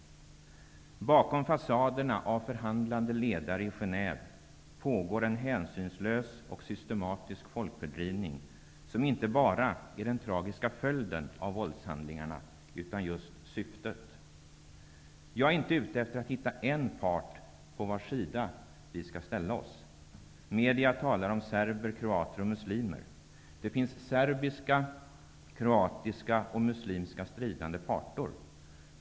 Bakom fasaderna av förhandlande ledare i Genève pågår en hänsynslös och systematisk folkfördrivning, som inte bara är den tragiska följden av våldshandlingarna, utan just syftet. Jag är inte ute efter att hitta en part på vars sida vi skall ställa oss. Media talar om serber, kroater och muslimer. Det finns serbiska, kroatiska och muslimska stridande parter.